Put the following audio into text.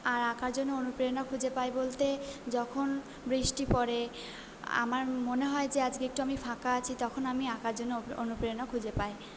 আর আঁকার জন্য অনুপ্রেরণা খুঁজে পাই বলতে যখন বৃষ্টি পড়ে আমার মনে হয় যে আজকে একটু আমি ফাঁকা আছি তখন আমি আঁকার জন্য অনুপ্রেরণা খুঁজে পাই